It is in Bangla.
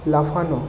লাফানো